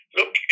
Look